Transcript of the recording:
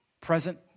present